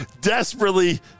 desperately